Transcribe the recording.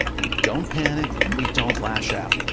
we don't panic, and we don't lash out.